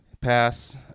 Pass